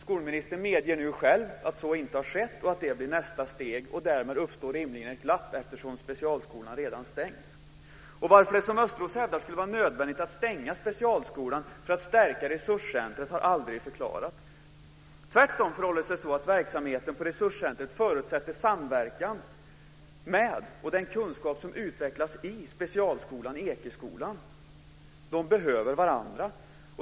Skolministern medger nu själv att så inte har skett och att det blir nästa steg. Därmed uppstår rimligen ett glapp eftersom specialskolor redan har stängts. Varför det skulle vara nödvändigt att stänga specialskolan för att stärka resurscentret har Thomas Östros aldrig förklarat. Tvärtom förhåller det sig så att verksamheten på resurscentret förutsätter samverkan med Ekeskolan och den kunskap som utvecklas i specialskolan. De behöver varandra.